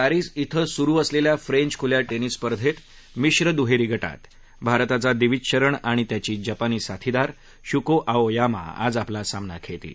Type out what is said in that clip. Paris िवें सुरु असलेल्या फ्रेंच खुल्या टेनिस स्पर्धेत मिश्र दुहेरी गटात भारताचा दिविज शरण आणि त्याची जपानी साथीदार शुको आओयामा आज आपला सामना खेळतील